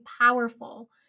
powerful